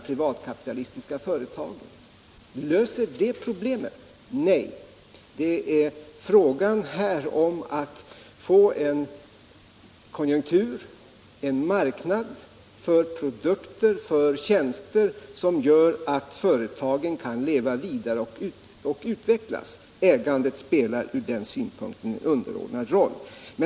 privatkapitalistiska företagen. Löser detta problemen? Nej, här är det fråga om att skapa en sådan konjunktur att vi får en marknad för produkter och tjänster, så att företagen kan leva vidare och utvecklas. Ägandet spelar från den synpunkten en underordnad roll.